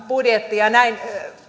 budjettia näin